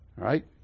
right